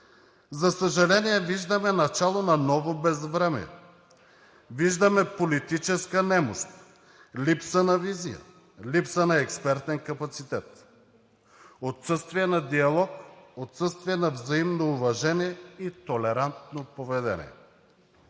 За съжаление, виждаме начало на ново безвремие. Виждаме политическа немощ, липса на визия, липса на експертен капацитет, отсъствие на диалог, отсъствие на взаимно уважение и толерантно поведение.